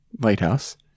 lighthouse